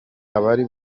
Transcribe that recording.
abari